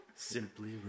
simply